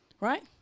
right